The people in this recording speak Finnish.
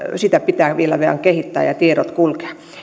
sitä pitää vielä vain kehittää ja tietojen kulkea